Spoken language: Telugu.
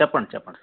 చెప్పండి చెప్పండి